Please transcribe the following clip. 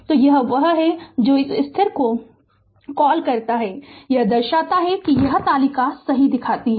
तो यह वह है जो इस स्थिर को कॉल करता है यह दर्शाता है कि यह तालिका सही दिखाती है